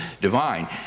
divine